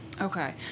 Okay